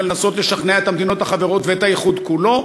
ולנסות לשכנע את המדינות החברות ואת האיחוד כולו.